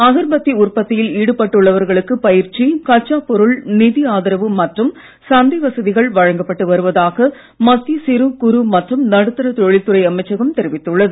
அகர்பத்தி உற்பத்தியில் ஈடுபட்டுள்ளவர்களுக்கு பயிற்சி கச்சாப் பொருள் நிதி ஆதரவு மற்றும் சந்தை வசதிகள் வழங்கப்பட்டு வருவதாக மத்திய சிறு குறு மற்றும் நடுத்தர தொழில் துறை அமைச்சகம் தெரிவித்துள்ளது